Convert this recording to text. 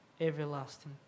everlasting